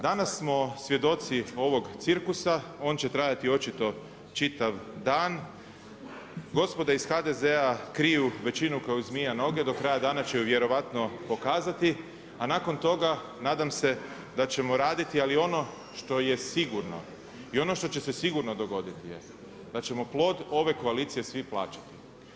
Danas smo svjedoci ovog cirkusa, on će trajati očito čitav dan, gospoda iz HDZ-a kriju većinu ko i zmija noge, do kraja dana će ju vjerojatno pokazati, a nakon toga, nadam se da ćemo raditi, ali ono što je sigurno i ono što će se sigurno dogoditi je da ćemo plod ove koalicije svi plaćati.